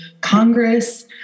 Congress